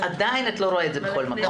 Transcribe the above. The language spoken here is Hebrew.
ועדיין את לא רואה את זה בכל מקום.